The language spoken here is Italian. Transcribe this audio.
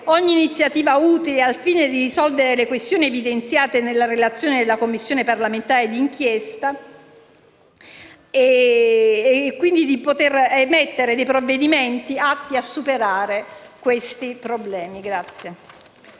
ogni iniziativa utile al fine di risolvere le questioni evidenziate nella relazione della Commissione parlamentare d'inchiesta e quindi di emettere provvedimenti atti a superare questi problemi.